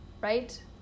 Right